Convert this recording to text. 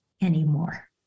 anymore